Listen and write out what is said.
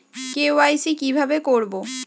KYC কিভাবে করব?